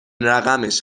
رقمش